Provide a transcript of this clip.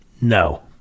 No